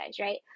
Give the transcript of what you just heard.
right